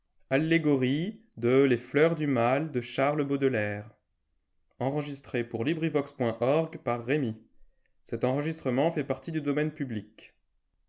les fleurs du mal ne